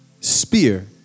spear